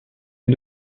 les